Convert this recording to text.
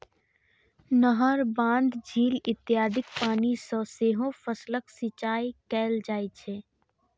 नहर, बांध, झील इत्यादिक पानि सं सेहो फसलक सिंचाइ कैल जाइ छै